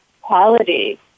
quality